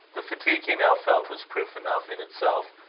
the fatigue he now felt was proof enough in itself,